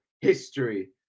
History